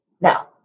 Now